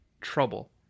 Trouble